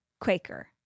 Quaker